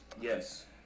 Yes